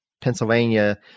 Pennsylvania